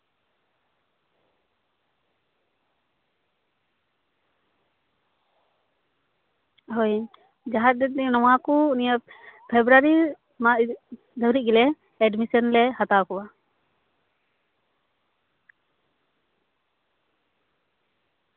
ᱦᱳᱭ ᱡᱟᱦᱟᱸ ᱫᱚ ᱱᱚᱣᱟ ᱠᱚ ᱱᱤᱭᱮᱹ ᱯᱷᱮᱵᱨᱩᱣᱟᱨᱤ ᱫᱷᱟᱹᱨᱤᱡ ᱜᱮᱞᱮ ᱮᱰᱢᱤᱥᱮᱱ ᱞᱮ ᱦᱟᱛᱟᱣ ᱠᱚᱣᱟ